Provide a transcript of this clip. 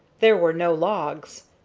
there were no logs,